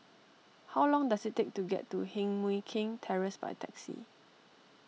how long does it take to get to Heng Mui Keng Terrace by taxi